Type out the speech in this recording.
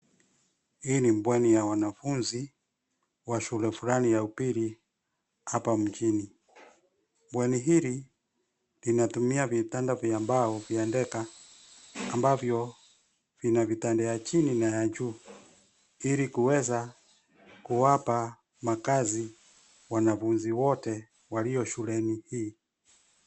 Hii ni bweni ya wanafunzi, wa shule fulani ya upili hapa mjini. Bweni hili linatumia vitanda vya mbao vya deka ambavyo vina vitanda ya chini na ya juu, ili kuweza kuwapa makaazi wanafunzi wote walioshuleni hii.